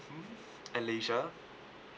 uh leisure